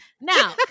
Now